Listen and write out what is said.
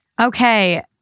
Okay